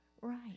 right